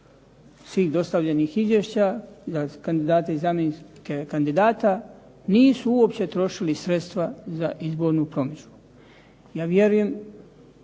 svih dostavljeni izvješća za kandidate i zamjenike kandidata nisu uopće trošili sredstva za izbornu promidžbu. Ja vjerujem